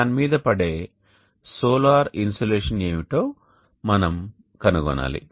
దాని మీద పడే సోలార్ ఇన్సోలేషన్ ఏమిటో మనం కనుగొనాలి